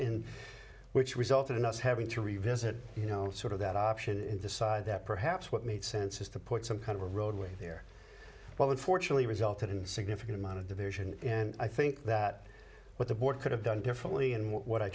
in which resulted in us having to revisit you know sort of that option and decide that perhaps what made sense is to put some kind of a roadway here well unfortunately resulted in significant amount of division and i think that what the board could have done differently and what i